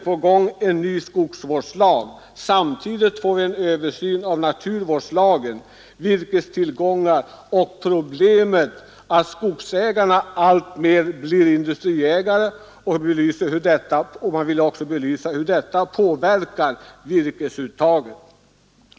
Bl. a. behöver virkestillgången undersökas, och vidare behöver belysas hur det förhållandet att skogsägarna alltmer blir industriägare påverkar virkesuttaget. Så småningom kommer förslag till ny skogsvårdslag att framläggas, och samtidigt får vi en översyn av naturvårdslagen.